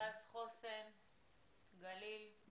מרכז חוסן גליל.